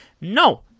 No